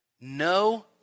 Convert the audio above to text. No